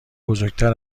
بزرگتر